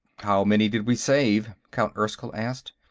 how many did we save? count erskyll asked.